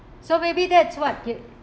so maybe that's what it